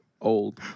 Old